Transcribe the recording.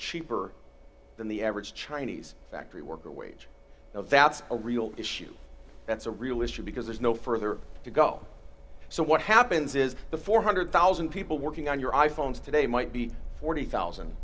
cheaper than the average chinese factory worker wage that's a real issue that's a real issue because there's no further to go so what happens is the four hundred thousand people working on your i phones today might be forty thousand